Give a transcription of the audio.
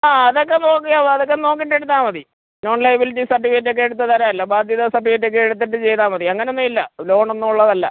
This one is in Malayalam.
ആ അതൊക്കെ നോക്കി അതൊക്കെ നോക്കിയിട്ട് എടുത്താൽ മതി നോൺ ലയബലിറ്റി സർട്ടിഫിക്കറ്റ് ഒക്കെ എടുത്ത് തരാമല്ലോ ബാധ്യത സർട്ടിഫിക്കറ്റ് ഒക്കെ എടുത്തിട്ട് ചെയ്താൽ മതി അങ്ങനൊന്നും ഇല്ല ലോൺ ഒന്നും ഉള്ളതല്ല